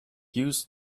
use